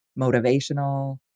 motivational